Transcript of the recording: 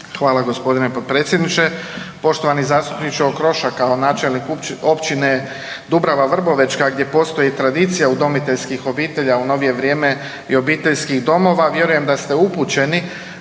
Hvala g. potpredsjedniče. Poštovani zastupniče Okroša. Kao načelnik Općine Dubrava Vrbovečka gdje postoji tradicija udomiteljskih obitelji, a u novije vrijeme i obiteljskih domova, vjerujem da ste upućeni